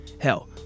Hell